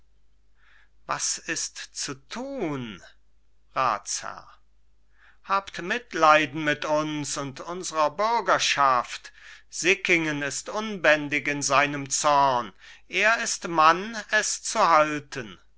was ist zu tun ratsherr habt mitleiden mit uns und unserer bürgerschaft sickingen ist unbändig in seinem zorn er ist mann es zu halten